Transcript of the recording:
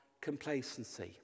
complacency